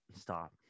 stop